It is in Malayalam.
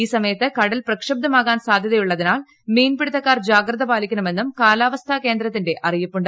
ഈ സമയത്ത് കടൽ പ്രക്ഷുബ്ബ്ധമാകാൻ സാധ്യതയുള്ളതിനാൽ മീൻപിടുത്തക്കാർ ജാഗ്രത ്ര പാലിക്കണമെന്നും കാലാവസ്ഥാ കേന്ദ്രത്തിന്റെ അറിയിപ്പുണ്ട്